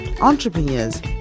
entrepreneurs